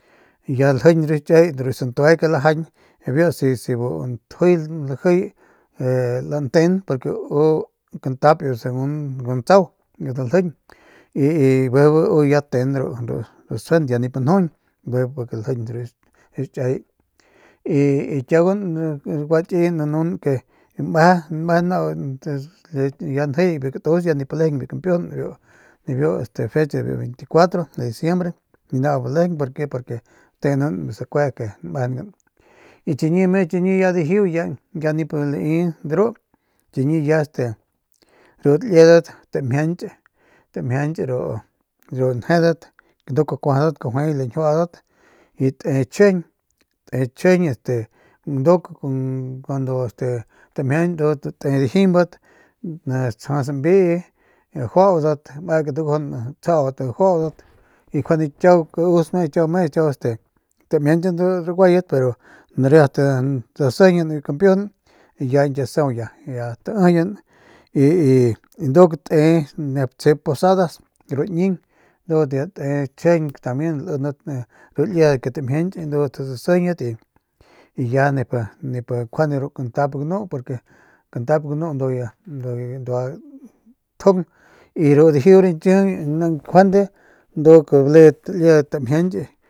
Ya ljiñ ru xchay y ru santue ke lajañ si si bu ntjuy lajiy lanteun purke kantap iu segun guntsau daljiñ y y bijiy u ya teun ru stsjuent ya nip njujuñ purke ljiñky ru xchay y kiagun gua kiyen nanun ke meje nau ke njiy biu katus ya nip lejeng biu kmpiujun nibiu fecha biu 24 de diciembre ni nau pi lejeng porque porque teunan biu sakue ke nmejengan y chiñi me chiñi ya dijiu ya nip lai de ru chiñi ya este tamjiach tamjiach ru njedat nduk kuajadat kajuay lañjiuadat y te chjijiñ te chjijiñ nduk este tamjianch te dijimbat tjas mbii juaudat mekat dagujun juaudat y njuande kiau kaus kiau me kiau este tamianchian de ru raguayat riat tasijiñan biu kampiujun y ya ñkie saung ya taijiyin y y nduk te nep sjep posadas ru ñing ndu te tchjijiñ tambien lindat ru liedat ke tamjianch y ndudat asijiñat y ya nip juande ru kantap ganu njuande ya kantap ganu ndu ya bandua tjung y ru dijiu rañkiji naamp juande nduk baledat liedat tamjianch.